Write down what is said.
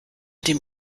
dem